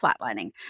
flatlining